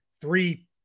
three